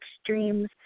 extremes